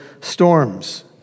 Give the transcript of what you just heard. storms